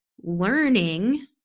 learning